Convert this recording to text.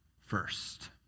first